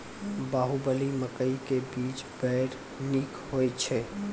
बाहुबली मकई के बीज बैर निक होई छै